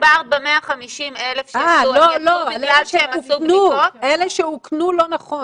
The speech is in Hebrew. אלה שאוכנו לא נכון.